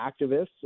activists